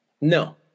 No